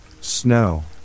snow